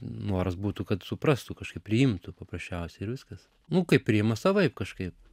noras būtų kad suprastų kažkaip priimtų paprasčiausiai ir viskas nu kaip priima savaip kažkaip